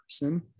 person